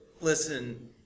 listen